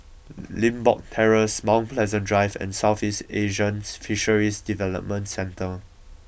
Limbok Terrace Mount Pleasant Drive and Southeast Asian Fisheries Development Centre